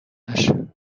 نشه